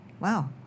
wow